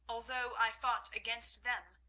although i fought against them,